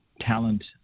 talent